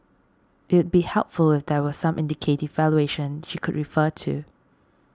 it be helpful if there were some indicative valuation she could refer to